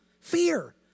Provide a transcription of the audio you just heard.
Fear